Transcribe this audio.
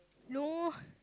no